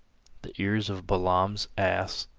the ears of balaam's ass,